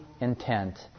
intent